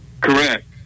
Correct